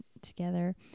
together